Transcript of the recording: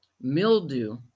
mildew